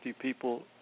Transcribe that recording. people